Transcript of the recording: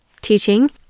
teaching